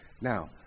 Now